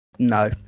No